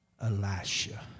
Elisha